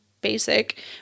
basic